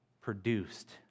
produced